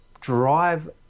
drive